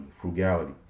Frugality